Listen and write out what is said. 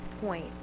point